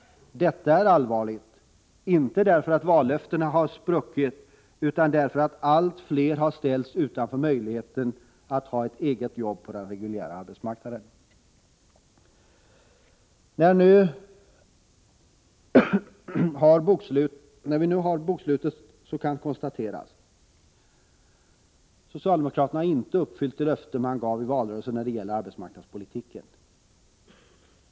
Detta är allvarligt, inte främst därför att vallöftena har spruckit utan därför att allt fler har ställts utanför möjligheten att ha ett eget jobb på den reguljära arbetsmarknaden. När vi nu har fått bokslutet kan vi konstatera följande; Socialdemokraterna har inte uppfyllt de löften som de gav i valrörelsen när det gäller arbetsmarknadspolitiken.